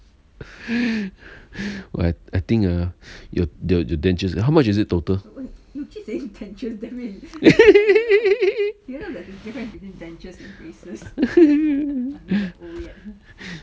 !wah! I I think ah your your dentures how much is it total